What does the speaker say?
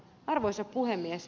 arvoisa puhemies